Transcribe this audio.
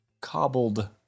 cobbled